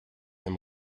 him